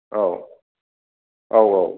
औ औ औ